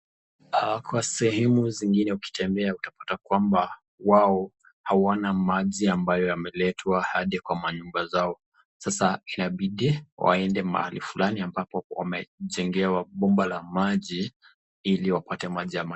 Kwa sehemu zingine ukitembea utapata kwamba wao hawana maji ambayo yameletwa hadi kwa manyumba zao, sasa inabidi waende mahali fulani ambapo wamejengewa bomba la maji ili wapate maji